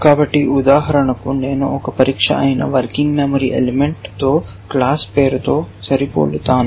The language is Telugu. కాబట్టి ఉదాహరణకు నేను ఒక పరీక్ష అయిన వర్కింగ్ మెమరీ ఎలిమెంట్తో క్లాస్ పేరుతో సరిపోలుతాను